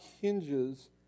hinges